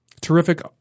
Terrific